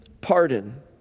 pardon